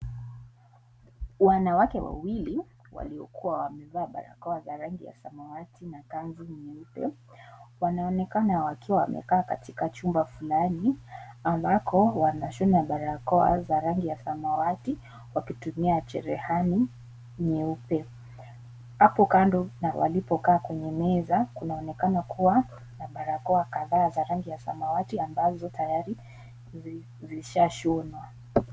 Wanawake wawili, waliokuwa wamevaa barakoa za rangi ya samawati na kanzu nyeupe, wanaonekana wakiwa wamekaa katika chumba fulani, ambako wanashona barakoa za rangi ya samawati, wakitumia cherehani nyeupe. Hapo kando na walipokaa kwenye meza, kunaonekana kuwa na barakoa kadhaa za rangi ya samawati ambazo tayari zilishashonwa.